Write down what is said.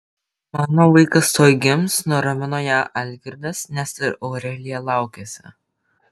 mano vaikas tuoj gims nuramino ją algirdas nes ir aurelija laukėsi